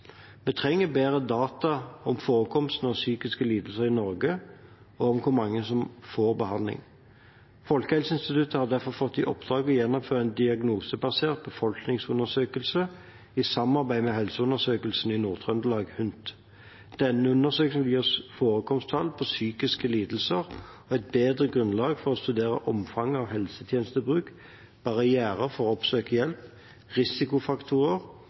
Vi trenger bedre data om forekomsten av psykiske lidelser i Norge og om hvor mange som får behandling. Folkehelseinstituttet har derfor fått i oppdrag å gjennomføre en diagnosebasert befolkningsundersøkelse i samarbeid med helseundersøkelsen i Nord-Trøndelag, HUNT. Denne undersøkelsen vil gi oss forekomsttall på psykiske lidelser og et bedre grunnlag for å studere omfang av helsetjenestebruk, barrierer for å oppsøke hjelp, risikofaktorer